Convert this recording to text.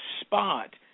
spot